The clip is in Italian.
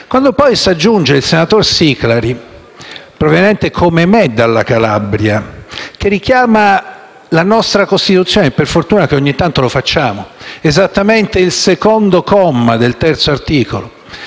Tauro, si aggiunge il senatore Siclari, proveniente come me dalla Calabria, che richiama la nostra Costituzione (per fortuna che ogni tanto lo facciamo), esattamente il secondo comma del terzo articolo,